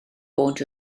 bod